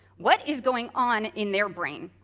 what is going on in their brain!